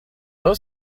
was